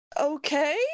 okay